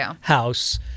house